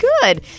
Good